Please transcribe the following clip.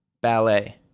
ballet